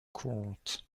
court